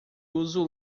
uso